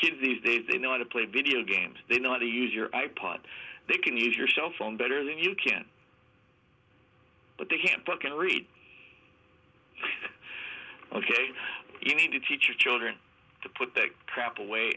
kids these days they know how to play video games they know how to use your i pod they can use your cellphone better than you can but they can't fucking read ok you need to teach your children to put that crap away